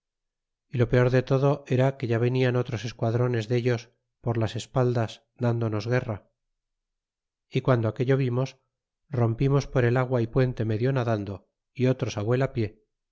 y lo peor de todo era que ya venian otros esquadrones dellos por las espaldas dándonos guerra y guando aquello vimos rompimos por el agua y puente medio nadando y otros vuelapie y